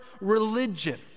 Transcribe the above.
religion